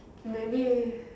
maybe